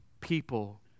people